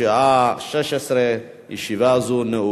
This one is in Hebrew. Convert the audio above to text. של חבר הכנסת זאב